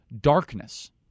darkness